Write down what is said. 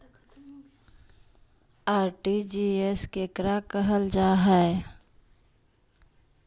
RTGS केकरा कहल जा है?